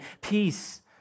peace